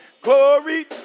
Glory